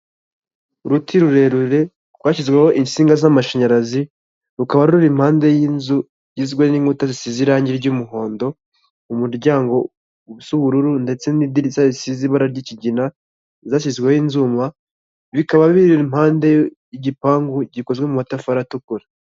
Uruti rurerure rwashyizweho insinga z'amashanyarazi, rukaba ruri impande y'inzu, igizwe n'inkuta zisize irangi ry'umuhondo, umuryango w'ubururu ndetse n'idirishya risize ibara ry'ikigina, zashyizweho inzuma, bikaba biri impande y'igipangu gikozwe mu matafari atukura.